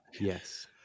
Yes